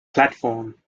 platform